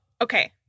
okay